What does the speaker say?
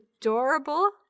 adorable